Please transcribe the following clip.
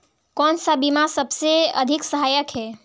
कौन सा बीमा सबसे अधिक सहायक है?